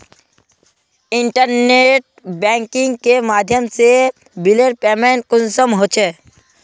Internet banking के माध्यम से बिलेर पेमेंट कुंसम होचे?